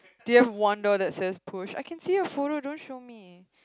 do you wonder that there's proof I can see her photo don't show me